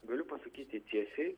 galiu pasakyti tiesiai